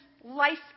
life